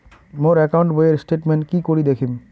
মোর account বইয়ের statement কি করি দেখিম?